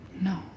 No